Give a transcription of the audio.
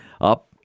up